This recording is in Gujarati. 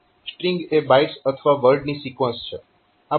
સ્ટ્રીંગ એ બાઇટ્સ અથવા વર્ડ ની સિક્વન્સ છે